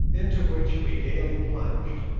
into which we gaily plunged.